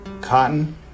cotton